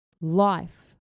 life